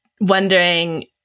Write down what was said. wondering